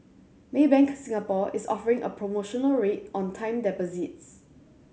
Maybank Singapore is offering a promotional rate on time deposits